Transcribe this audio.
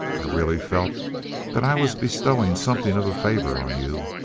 i really felt that i was bestowing something of a favor on you!